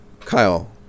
Kyle